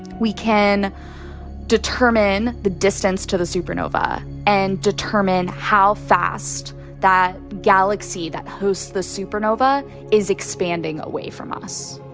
we can determine the distance to the supernova and determine how fast that galaxy that hosts the supernova is expanding away from us